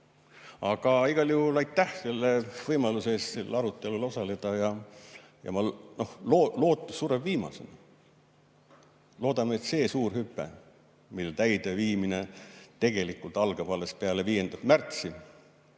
Aga igal juhul aitäh selle võimaluse eest sellel arutelul osaleda! Lootus sureb viimasena. Loodame, et see suur hüpe, mille täideviimine tegelikult algab alles peale 5. märtsi,